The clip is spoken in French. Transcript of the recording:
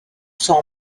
sont